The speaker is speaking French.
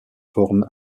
formes